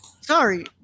Sorry